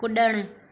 कुड॒णु